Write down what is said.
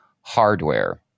hardware